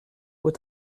aux